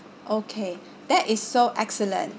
okay that is so excellent